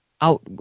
out